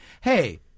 hey